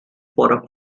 for